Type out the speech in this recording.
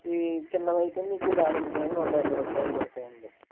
ఈ చిన్నవి అయితే మీకు దానిమ్మకాయ నూట యాభై రూపాయలు పడుతాయండి